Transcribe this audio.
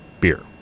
beer